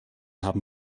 haben